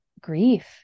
grief